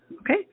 okay